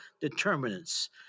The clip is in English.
determinants